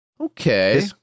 Okay